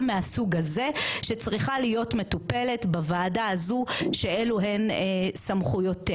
מהסוג הזה שצריכה ל היות מטופלת בוועדה הזו שאלו הן סמכויותיה.